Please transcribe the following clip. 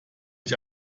ich